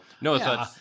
no